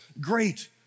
great